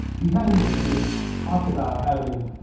we had we had talked about having